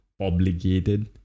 obligated